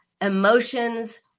emotions